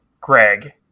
Greg